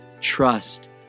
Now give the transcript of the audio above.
Trust